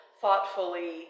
thoughtfully